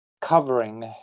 covering